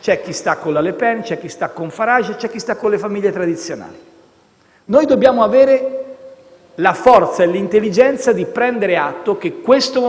c'è chi sta con la Le Pen, chi con Farage e chi con le famiglie tradizionali. Noi dobbiamo avere la forza e l'intelligenza di prendere atto che questo